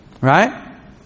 right